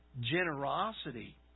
generosity